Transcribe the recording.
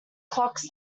clocks